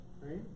Right